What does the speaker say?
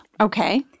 Okay